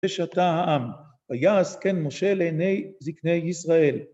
ושתה העם, ויעש כן משה ‫לעיני זקני ישראל.